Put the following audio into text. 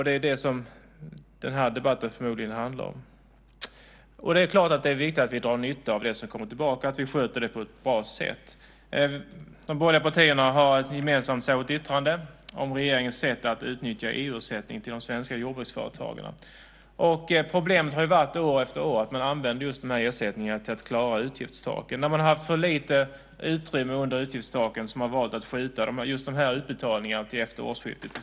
Det är det som den här debatten förmodligen handlar om. Det är viktigt att vi drar nytta av det som kommer tillbaka och att vi sköter det på ett bra sätt. De borgerliga partierna har ett gemensamt särskilt yttrande om regeringens sätt att utnyttja EU-ersättning till de svenska jordbruksföretagen. Problemet har år efter år varit att ersättningarna har använts till att klara utgiftstaken. När det har varit för lite utrymme under utgiftstaken har man valt att skjuta utbetalningarna till efter årsskiftet.